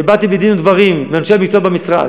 ובאתי בדין ודברים עם אנשי המקצוע במשרד,